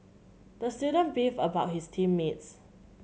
the student beefed about his team mates